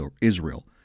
Israel